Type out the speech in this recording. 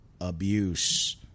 abuse